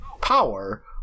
power